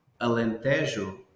Alentejo